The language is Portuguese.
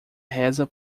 reza